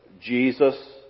Jesus